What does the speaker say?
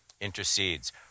intercedes